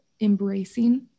embracing